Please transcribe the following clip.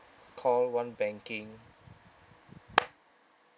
call one banking